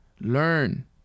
learn